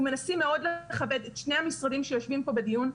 אנחנו מנסים מאוד לכבד את שני המשרדים שיושבים פה בדיון,